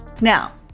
Now